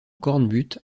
cornbutte